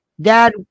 Dad